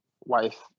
wife